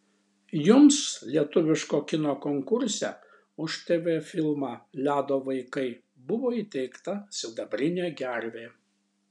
jums lietuviško kino konkurse už tv filmą ledo vaikai buvo įteikta sidabrinė gervė